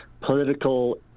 political